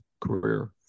career